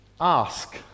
ask